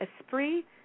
Esprit